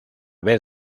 vez